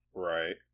Right